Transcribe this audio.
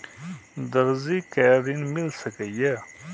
दर्जी कै ऋण मिल सके ये?